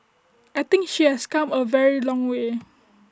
I think she has come A very long way